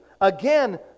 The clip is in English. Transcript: again